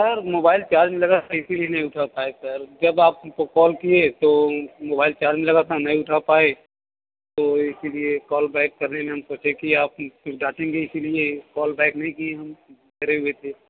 sir mobile charge में लगा था इसलिए नहीं उठा पाए सर जब आप वह कॉल किए तब तो मोबाईल चार्ज में लगा था नहीं उठा पाए तो यह इसलिए कॉल बैक करने में हम सोचे कि आप डटेंगे इसलिए कॉल बैक नहीं कि हम डरे हुए थे हम